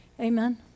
Amen